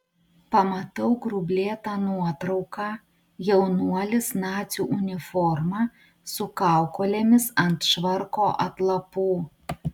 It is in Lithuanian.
pamatau grublėtą nuotrauką jaunuolis nacių uniforma su kaukolėmis ant švarko atlapų